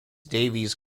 davis